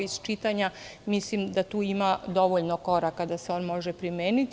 Iz čitanja, mislim da tu ima dovoljno koraka da se on može primeniti.